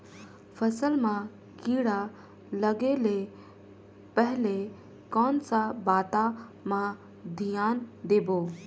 फसल मां किड़ा लगे ले पहले कोन सा बाता मां धियान देबो?